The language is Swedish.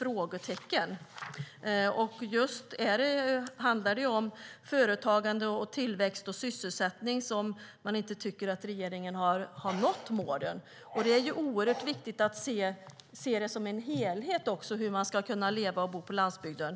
Just när det handlar om företagande, tillväxt och sysselsättning tycker man inte att regeringen har nått målen. Det är oerhört viktigt att se det som en helhet hur människor ska kunna leva och bo på landsbygden.